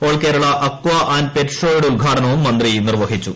all Kerala aqua and pet show യുടെ ഉദ്ഘാടനവും മന്ത്രി നിർപഹിച്ചു